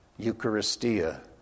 Eucharistia